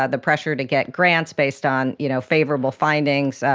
ah the precious to get grants based on you know favourable findings,